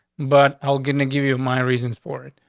but i'll get to give you my reasons for it.